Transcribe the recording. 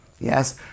yes